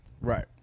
Right